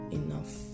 enough